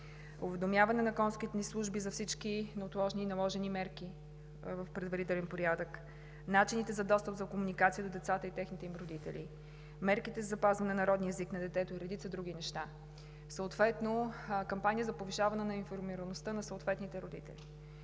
уведомяване на консулските ни служби за всички неотложни и наложени мерки в предварителен порядък; начините за достъп, за комуникация за децата и техните родители; мерките за запазване на родния език на детето и редица други неща, съответно кампания за повишаване на информираността на съответните родители,